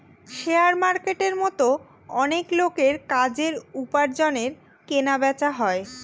share মার্কেটের মতো অনেক লোকের কাজের, উপার্জনের কেনা বেচা হয়